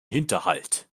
hinterhalt